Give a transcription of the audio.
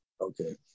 okay